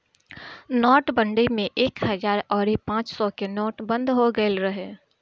नोटबंदी में एक हजार अउरी पांच सौ के नोट बंद हो गईल रहे